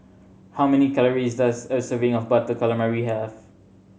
how many calories does a serving of Butter Calamari have